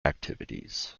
activities